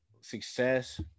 success